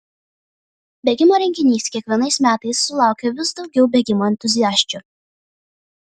bėgimo renginys kiekvienais metais sulaukia vis daugiau bėgimo entuziasčių